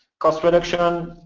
cost reduction.